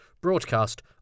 broadcast